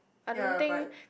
ya but